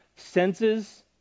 senses